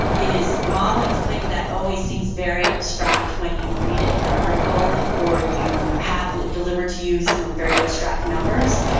is modelling something that always seems very abstract when you read it in an article or you have delivered to you through very abstract numbers.